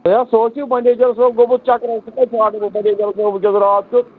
A سُہ حظ چھُے مٮ۪نیجَر صٲب گوٚمُت چَکرَس سُہ کَتہِ ژھانٛڈن وۅنۍ مٮ۪نیجیر وُنکٮ۪س راتھ کٮُ۪تھ